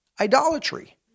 idolatry